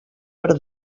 per